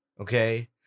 Okay